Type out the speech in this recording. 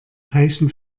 zeichen